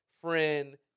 friend